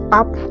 up